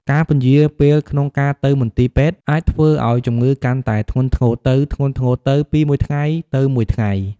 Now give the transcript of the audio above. ការពន្យារពេលក្នុងការទៅមន្ទីរពេទ្យអាចធ្វើឱ្យជំងឺកាន់តែធ្ងន់ធ្ងរទៅៗពីមួយថ្ងៃទៅមួយថ្ងៃ។